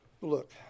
Look